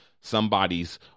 somebody's